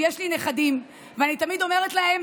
ויש לי נכדים, ואני תמיד אומרת להם: